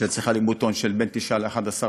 שצריך הלימות הון של בין 9% ל-11%,